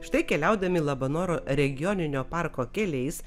štai keliaudami labanoro regioninio parko keliais